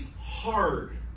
hard